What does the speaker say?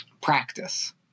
practice